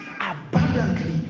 abundantly